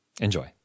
Enjoy